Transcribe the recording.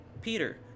Peter